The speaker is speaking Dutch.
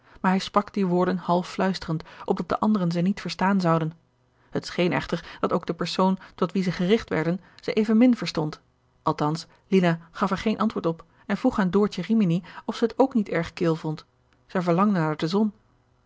maar hij sprak die woorden half fluisterend opdat de anderen ze niet verstaan zouden het scheen echter dat ook de persoon tot wie ze gericht werden ze evenmin verstond althans lina gaf er geen antwoord op en vroeg aan doortje rimini of ze het ook niet erg kil vond zij verlangde naar de zon